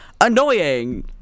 annoying